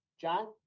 John